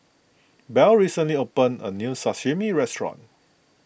Belle recently opened a new Sashimi restaurant